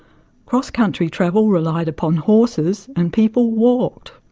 cross country travel relied upon horses and people walked.